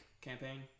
campaign